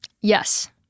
Yes